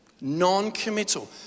Non-committal